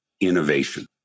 innovation